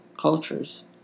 cultures